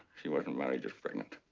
she wasn't married, just pregnant.